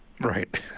Right